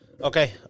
okay